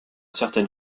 certaine